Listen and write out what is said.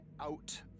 out